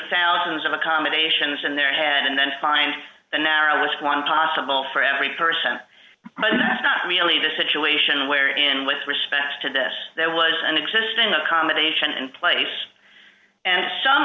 thousands of accommodations in their head and then find the narrowest one possible for every person but that's not really the situation where in with respect to this there was an existing accommodation in place and some